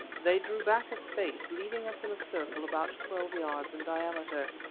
they drew back a space, leaving us in a circle about twelve yards in diameter.